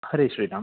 Hare Shriram